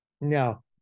No